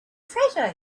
treasure